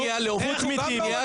קריאה שנייה לרון כץ.